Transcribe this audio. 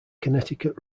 connecticut